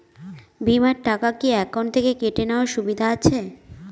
বিমার টাকা কি অ্যাকাউন্ট থেকে কেটে নেওয়ার সুবিধা আছে?